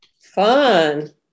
Fun